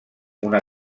una